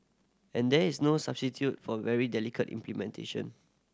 and there is no substitute for very dedicated implementation